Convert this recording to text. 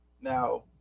Now